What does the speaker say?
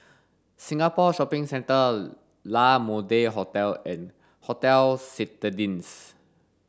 Singapore Shopping Centre La Mode Hotel and Hotel Citadines